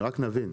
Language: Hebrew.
שנבין.